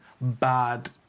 bad